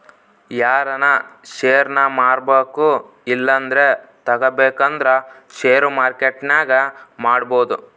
ಯಾರನ ಷೇರ್ನ ಮಾರ್ಬಕು ಇಲ್ಲಂದ್ರ ತಗಬೇಕಂದ್ರ ಷೇರು ಮಾರ್ಕೆಟ್ನಾಗ ಮಾಡ್ಬೋದು